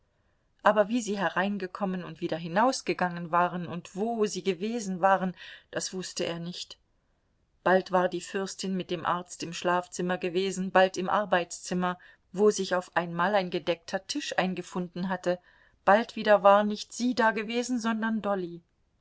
aber wie sie hereingekommen und wieder hinausgegangen waren und wo sie gewesen waren das wußte er nicht bald war die fürstin mit dem arzt im schlafzimmer gewesen bald im arbeitszimmer wo sich auf einmal ein gedeckter tisch eingefunden hatte bald wieder war nicht sie dagewesen sondern dolly